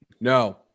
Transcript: No